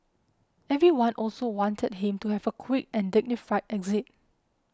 everyone also wanted him to have a quick and dignified exit